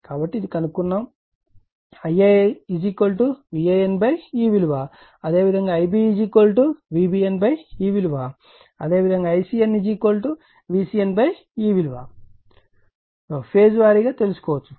కాబట్టి ఇది కనుగొనబడింది Ia VAN ఈ విలువ అదేవిధంగా Ib VBN ఈ విలువ అదేవిధంగా Icn VCN ఈ విలువ ఫేజ్ వారీగా తెలుసుకోవచ్చు